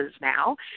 now